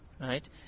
right